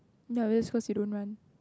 no it's called she don't want